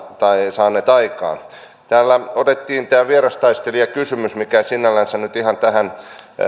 saaneet aikaan täällä otettiin tämä vierastaistelijakysymys mikä ei sinällänsä nyt ihan tähän